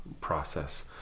process